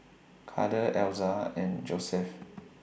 Kade Elza and Joesph